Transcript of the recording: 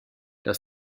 der